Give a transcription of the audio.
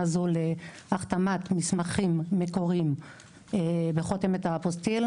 הזו להחתמת מסמכים מקוריים בחותמת האפוסטיל